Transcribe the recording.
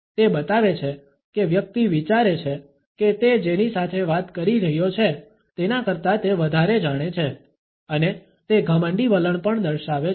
તે બતાવે છે કે વ્યક્તિ વિચારે છે કે તે જેની સાથે વાત કરી રહ્યો છે તેના કરતા તે વધારે જાણે છે અને તે ઘમંડી વલણ પણ દર્શાવે છે